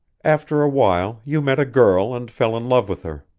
after a while you met a girl and fell in love with her.